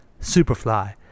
Superfly